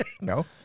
No